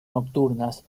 nocturnas